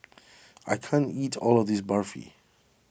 I can't eat all of this Barfi